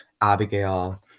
Abigail